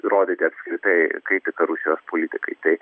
įrodyti apskritai kritiką rusijos politikai tai